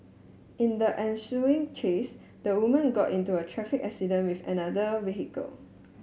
in the ensuing chase the woman got into a traffic accident with another vehicle